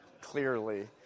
clearly